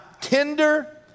tender